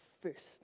first